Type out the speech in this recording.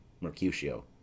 Mercutio